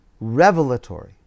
revelatory